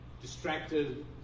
distracted